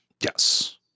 Yes